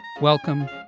welcome